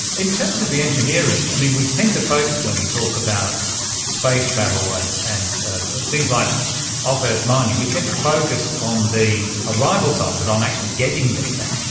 in terms of the engineering, i mean, we tend to focus when we talk about space travel and and ah things like off-earth mining, we tend to focus on the arrival side of it, on actually getting there,